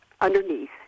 underneath